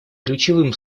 ключевым